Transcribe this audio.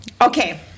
okay